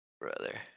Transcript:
Brother